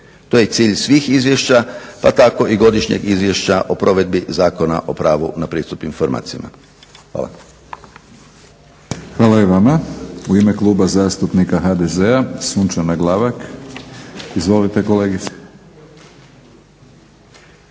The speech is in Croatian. To je i cilj svih izvješća, pa tako i Godišnjeg izvješća o provedbi Zakona o pravu na pristup informacijama. Hvala. **Batinić, Milorad (HNS)** Hvala i vama. U ime Kluba zastupnika HDZ-a Sunčana Glavak. Izvolite kolegice.